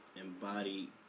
embody